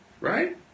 right